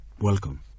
Welcome